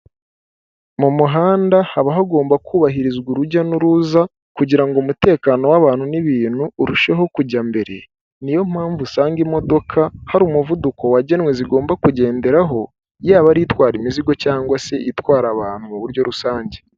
Mu muhanda haba hagomba kubahirizwa urujya n'uruza kugira ngo umutekano w'abantu n'ibintu urusheho kujya mbere, niyo mpamvu usanga imodoka, hari umuvuduko wagenwe zigomba kugenderaho, yaba ari itwara imizigo cyangwa se itwara abantu mu buryo rusange.